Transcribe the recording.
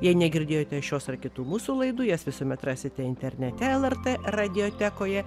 jei negirdėjote šios ar kitų mūsų laidų jas visuomet rasite internete lrt radijotekoje